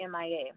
MIA